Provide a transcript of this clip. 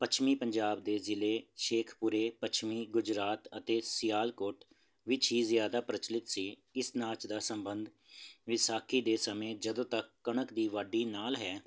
ਪੱਛਮੀ ਪੰਜਾਬ ਦੇ ਜ਼ਿਲ੍ਹੇ ਸ਼ੇਖਪੁਰੇ ਪੱਛਮੀ ਗੁਜਰਾਤ ਅਤੇ ਸਿਆਲਕੋਟ ਵਿੱਚ ਹੀ ਜ਼ਿਆਦਾ ਪ੍ਰਚਲਿਤ ਸੀ ਇਸ ਨਾਚ ਦਾ ਸੰਬੰਧ ਵਿਸਾਖੀ ਦੇ ਸਮੇਂ ਜਦੋਂ ਤੱਕ ਕਣਕ ਦੀ ਵਾਢੀ ਨਾਲ ਹੈ